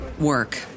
work